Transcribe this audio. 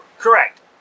Correct